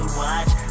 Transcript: watch